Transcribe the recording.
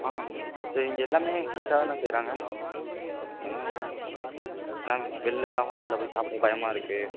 ஆ சரி இங்கே எல்லாமே ஃப்ரெஷ்ஷாக தானே செய்கிறாங்க ஏன்னா ஏன்னா வெளிலலாம் ஹோட்டல்ல போய் சாப்பிட பயமாக இருக்குது